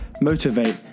motivate